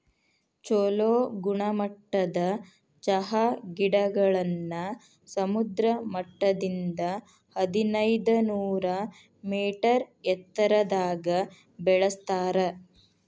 ಚೊಲೋ ಗುಣಮಟ್ಟದ ಚಹಾ ಗಿಡಗಳನ್ನ ಸಮುದ್ರ ಮಟ್ಟದಿಂದ ಹದಿನೈದನೂರ ಮೇಟರ್ ಎತ್ತರದಾಗ ಬೆಳೆಸ್ತಾರ